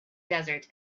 desert